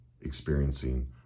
experiencing